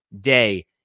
day